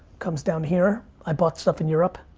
comes down here. i bought stuff in europe.